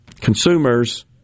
consumers